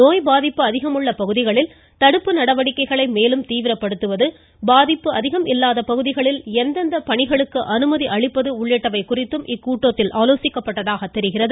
நோய் பாதிப்பு அதிகமுள்ள பகுதிகளில் தடுப்பு நடவடிக்கைகளை மேலும் தீவிரப்படுத்துவது பாதிப்பு அதிகம் இல்லாத பகுதிகளில் எந்தெந்த பணிகளுக்கு அனுமதி அளிப்பது என்பது குறித்தும் இக்கூட்டத்தில் ஆலோசிக்கப்பட்டதாக தெரிகிறது